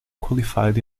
qualified